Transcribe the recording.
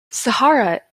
sahara